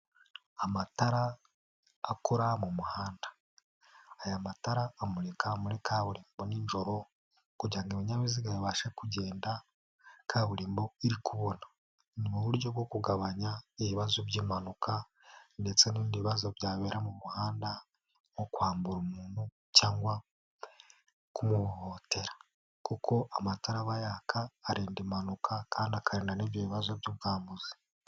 Amatara akora mu muhanda, aya matara amurika muri kaburimbo n'ijoro kugirango ibinyabiziga bibashe kugenda kaburimbo iri kubona, ni mu uburyo bwo kugabanya ibibazo by'impanuka ndetse n'indi bibazo byabera mu muhanda nko kwambura umuntu cyangwa kumuhotera kuko amatara aba yaka arinda impanuka kandi akarinda n'ibyo bibazo by'umwambuzi.